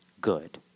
good